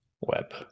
web